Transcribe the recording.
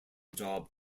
job